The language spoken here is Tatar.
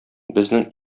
безнең